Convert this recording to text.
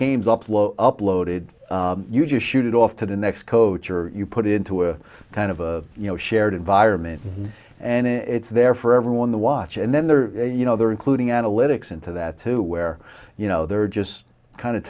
games upload uploaded you just shoot it off to the next coach or you put it into a kind of a you know shared environment and it's there for everyone the watch and then they're you know they're including analytics into that too where you know they're just kind of